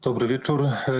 Dobry wieczór.